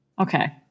Okay